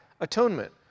atonement